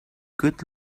good